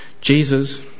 Jesus